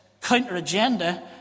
counter-agenda